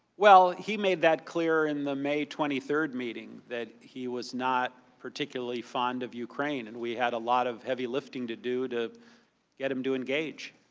well, he made that clear in the may twenty third meeting that he was not particularly fond of ukraine and we had a lot of heavy lifting to do to get him to engage.